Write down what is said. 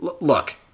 Look